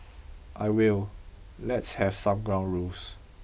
I will let's have some ground rules